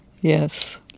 Yes